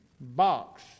box